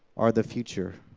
are the future.